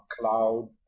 cloud